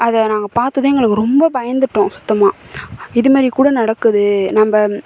அதை நாங்கள் பார்த்ததும் எங்களுக்கு ரொம்ப பயந்துவிட்டோம் சுத்தமாக இதுமாரி கூட நடக்குது நம்ம